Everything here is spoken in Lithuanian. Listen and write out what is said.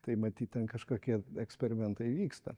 tai matyt ten kažkokie eksperimentai vyksta